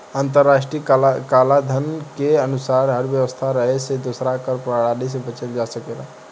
अंतर्राष्ट्रीय कलाधन के अनुसार कर व्यवस्था रहे से दोहरा कर प्रणाली से बचल जा सकेला